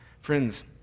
Friends